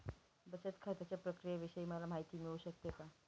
बचत खात्याच्या प्रक्रियेविषयी मला माहिती मिळू शकते का?